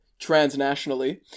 transnationally